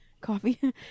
coffee